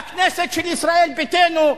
בכנסת של ישראל ביתנו,